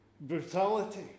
brutality